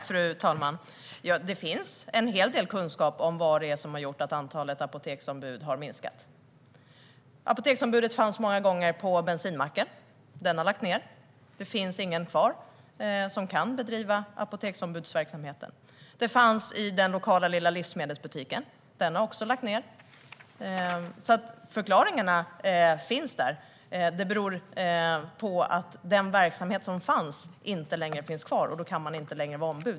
Fru talman! Det finns en hel del kunskap om vad det är som har gjort att antalet apoteksombud har minskat. Apoteksombudet fanns många gånger på bensinmacken, som har lagt ned. Det finns ingen kvar som kan bedriva apoteksombudsverksamheten. Det fanns i den lokala lilla livsmedelsbutiken, men den har också lagt ned. Förklaringarna finns där. Det beror på att den verksamhet som fanns inte längre finns kvar, och då kan man inte längre vara ombud.